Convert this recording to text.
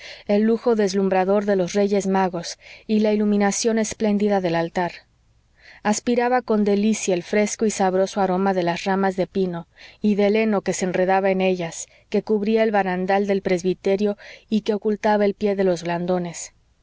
el lujo deslumbrador de los reyes magos y la iluminación espléndida del altar aspiraba con delicia el fresco y sabroso aroma de las ramas de pino y del heno que se enredaba en ellas que cubría el barandal del presbiterio y que ocultaba el pie de los